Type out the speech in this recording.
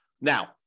Now